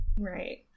Right